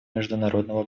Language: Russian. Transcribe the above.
международного